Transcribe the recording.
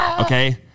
Okay